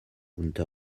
unter